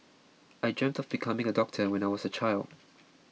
I dream of becoming a doctor when I was a child